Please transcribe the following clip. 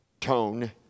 tone